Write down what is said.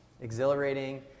exhilarating